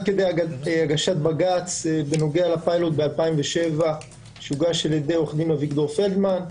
כדי הגשת בג"ץ בנוגע לפילוט ב-2007 שהוגש על-ידי עו"ד אביגדור פלדמן.